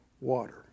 water